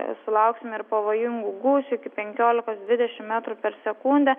sulauksime ir pavojingų gūsių iki penkiolikos dvidešimt metrų per sekundę